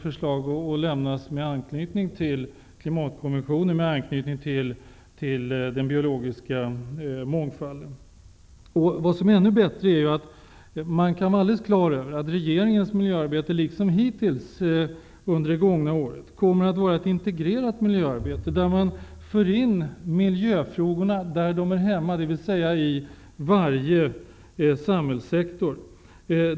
Förslag med anknytning till klimatkonventionen och konventionen om biologisk mångfald kommer självfallet att lämnas. Man kan också vara säker på att regeringens miljöarbete, liksom hittills under det gångna året, kommer att vara ett integrerat miljöarbete. Man tar upp miljöfrågorna i sitt sammanhang, dvs. i varje samhällssektor.